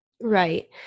Right